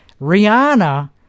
Rihanna